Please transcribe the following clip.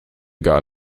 gar